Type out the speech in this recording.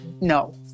no